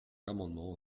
amendement